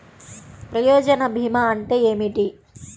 ప్రయోజన భీమా అంటే ఏమిటి?